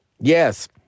Yes